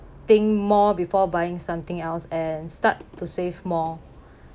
think more before buying something else and start to save more